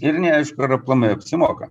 ir neaišku ar aplamai apsimoka